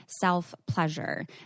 self-pleasure